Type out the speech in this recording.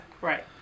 Right